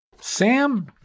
Sam